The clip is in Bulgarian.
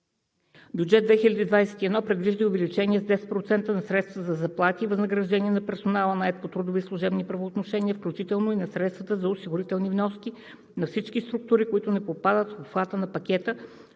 Бюджет 2021 предвижда и увеличение с 10% на средствата за заплати и възнаграждения на персонала, нает по трудови и служебни правоотношения, включително и на средствата за осигурителни вноски, за всички структури, които не попадат в обхвата на пакета